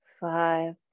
five